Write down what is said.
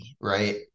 right